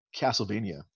Castlevania